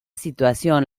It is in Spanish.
situación